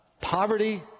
poverty